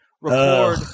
Record